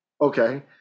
okay